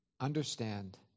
understand